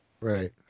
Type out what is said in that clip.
Right